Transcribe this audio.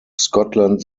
scotland